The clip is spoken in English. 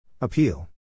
Appeal